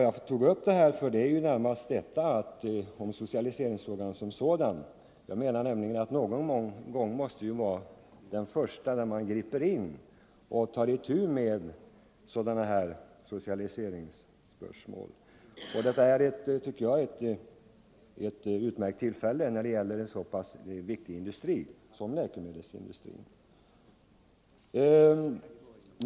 Jag tog upp socialiseringsfrågan i allmänhet; jag menar att någon gång måste vara den första när man tar itu med socialiseringsspörsmål. Här tycker jag vi har ett utmärkt tillfälle, eftersom det gäller en så viktig industri som läkemedelsindustrin.